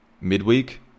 midweek